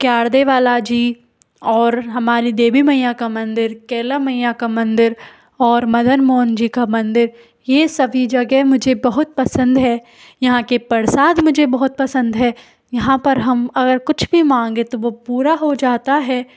क्यार्दे बालाजी और हमारी देवी मैया का मंदिर कैला मैया का मंदिर और मदन मोहन जी का मंदिर ये सभी जगह मुझे बहुत पसंद हैं यहाँ के प्रसाद मुझे बहुत पसंद हैं यहाँ पर हम अगर कुछ भी मांगे तो वह पूरा हो जाता है